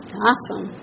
Awesome